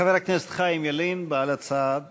חבר הכנסת חיים ילין, בעל הצעה זהה,